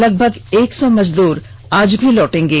लगभग एक सौ मजदूर आज भी लौटेंगे